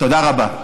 תודה רבה.